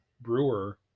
brewer